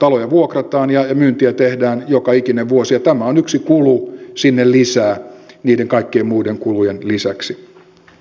taloja vuokrataan ja myyntiä tehdään joka ikinen vuosi ja tämä on yksi kulu sinne lisää niiden kaikkien muiden kulujen lisäksi